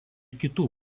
kitų